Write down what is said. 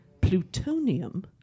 plutonium